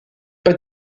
pas